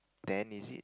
then is it